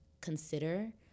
consider